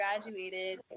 graduated